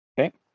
Okay